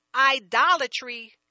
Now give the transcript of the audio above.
idolatry